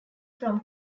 from